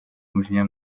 umujinya